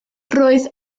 roedd